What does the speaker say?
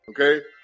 okay